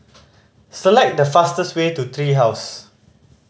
select the fastest way to Three House